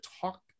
talk